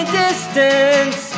distance